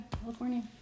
California